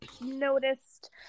noticed